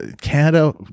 Canada